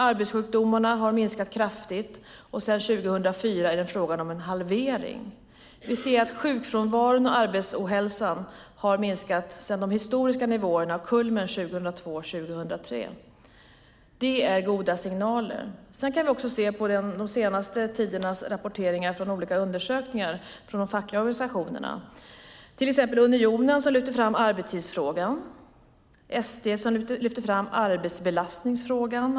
Arbetssjukdomarna har minskat kraftigt; det är en halvering sedan 2004. Vi ser att sjukfrånvaron och arbetsohälsan har minskat sedan kulmen 2002-2003. Det är goda signaler. Vi kan också titta på den senaste tidens rapportering från olika undersökningar av de fackliga organisationerna. Unionen lyfter fram arbetstidsfrågan. ST lyfter fram arbetsbelastningsfrågan.